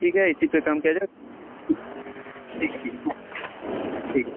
ठीक है इसी पर काम किया जाए ठीक है ठीक है सर ठीक है